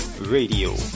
Radio